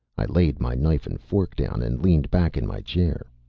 i laid my knife and fork down and leaned back in my chair.